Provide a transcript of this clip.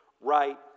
right